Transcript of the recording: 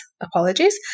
apologies